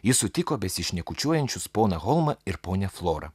jis sutiko besišnekučiuojančius poną holmą ir ponią florą